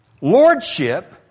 lordship